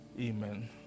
Amen